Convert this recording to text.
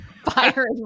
firing